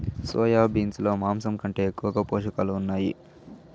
soya beans లో మాంసం కంటే ఎక్కువగా పోషకాలు ఉన్నాయి